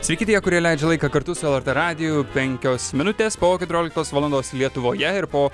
sveiki tie kurie leidžia laiką kartu su lrt radiju penkios minutės po keturioliktos valandos lietuvoje ir po